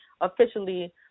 officially